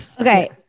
Okay